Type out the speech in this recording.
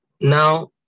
Now